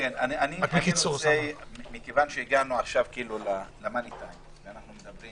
מכיוון שהגענו עכשיו למצב שאנחנו מדברים